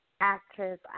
actress